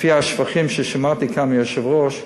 לפי השבחים ששמעתי כאן מהיושב-ראש,